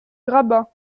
grabat